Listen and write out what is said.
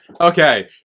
okay